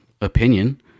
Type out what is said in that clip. opinion